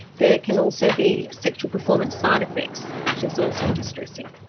there can also be sexual performance side-effects, which is also distressing.